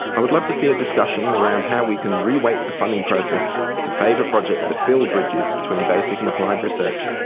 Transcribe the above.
i would love to see a discussion around how we can reweight the funding process to favour projects that build bridges between basic and applied research,